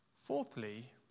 Fourthly